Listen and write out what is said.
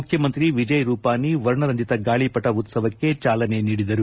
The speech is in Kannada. ಮುಖ್ಯಮಂತ್ರಿ ವಿಜಯ್ ರೂಪಾನಿ ವರ್ಣರಂಜಿತ ಗಾಳಿಪಟ ಉತ್ತವಕ್ಕೆ ಚಾಲನೆ ನೀಡಿದರು